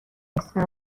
اسفند